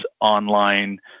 online